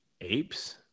apes